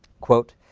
quote,